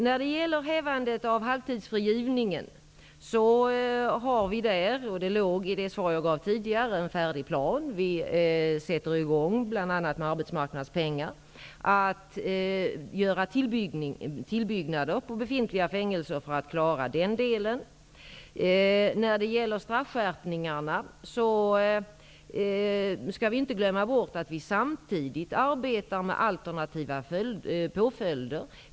När det gäller hävandet av halvtidsfrigivningen har vi, vilket ingick i det svar jag gav tidigare, en färdig plan. Vi sätter i gång, bl.a. med arbetsmarknadspengar, att göra tillbyggnader på befintliga fängelser för att klara den delen. När det gäller straffskärpningarna skall vi inte glömma bort att vi samtidigt arbetar med alternativa påföljder.